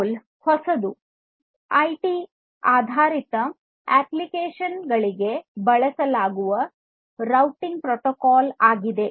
roll ಹೊಸ IoT ಆಧಾರಿತ application ಗಳಿಗೆ ಬಳಸಬಹುದಾದ ರೂಟಿಂಗ್ ಪ್ರೋಟೋಕಾಲ್ ಆಗಿದೆ